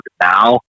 now